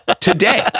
Today